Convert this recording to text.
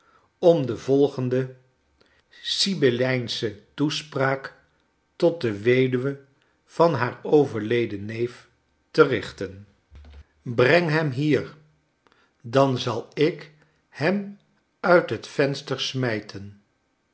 om de volgende charles diceens sibyllijnsche toespraak tot de weduwe van haar overleden neef te richten breng hem hier dan zal ik hem uit het venster smijten